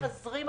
מחזרים אחריהן,